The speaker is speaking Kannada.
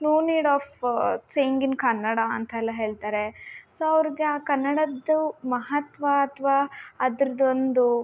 no need of saying in Kannada ಅಂತೆಲ್ಲ ಹೇಳ್ತಾರೆ ಸೊ ಅವರಿಗೆ ಆ ಕನ್ನಡದ್ದು ಮಹತ್ವ ಅಥವಾ ಅದ್ರದ್ದೊಂದು